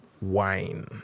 wine